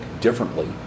differently